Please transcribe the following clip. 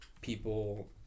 people